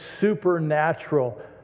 supernatural